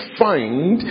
find